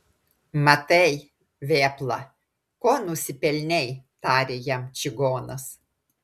matai vėpla ko nusipelnei tarė jam čigonas